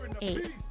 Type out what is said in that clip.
Eight